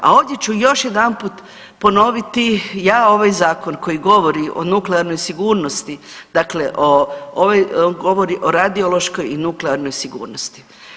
A ovdje ću još jedanput ponoviti ja ovaj zakon koji govori o nuklearnoj sigurnosti, dakle govori o radiološkoj i nuklearnoj sigurnosti.